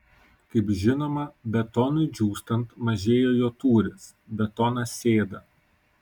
kaip žinoma betonui džiūstant mažėja jo tūris betonas sėda